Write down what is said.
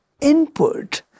input